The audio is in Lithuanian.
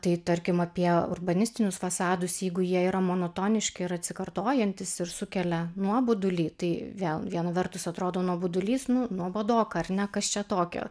tai tarkim apie urbanistinius fasadus jeigu jie yra monotoniški ir atsikartojantys ir sukelia nuobodulį tai vėl viena vertus atrodo nuobodulys nu nuobodoka ar ne kas čia tokio